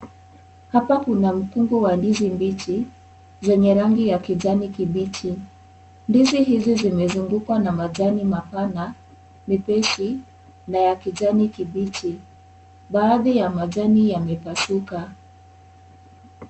Hapa kuna mkungu wa ndizi mbichi zenye rangi ya kijani kibichi ndizi hizi zimezungukwa na majani mapana mepesi na ya kijani kibichi. Baadhi yamepasuka.